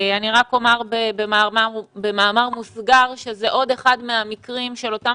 אני רק אומר במאמר מוסגר שזה עוד אחד מהמקרים של אותם